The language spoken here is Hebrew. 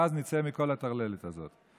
ואז נצא מכל הטרללת הזאת.